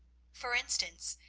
for instance,